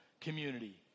community